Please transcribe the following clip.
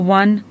one